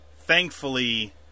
thankfully